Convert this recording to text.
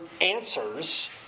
answers